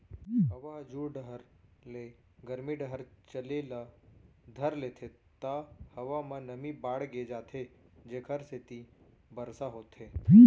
हवा ह जुड़ डहर ले गरमी डहर चले ल धर लेथे त हवा म नमी बाड़गे जाथे जेकर सेती बरसा होथे